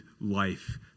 life